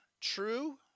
true